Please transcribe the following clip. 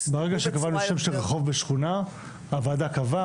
--- ברגע שקבענו שם של רחוב בשכונה הוועדה קבעה,